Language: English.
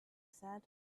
said